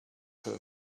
her